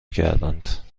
کردند